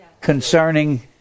concerning